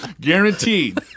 Guaranteed